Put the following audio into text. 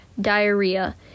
diarrhea